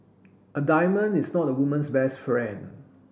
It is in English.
a diamond is not a woman's best friend